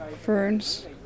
ferns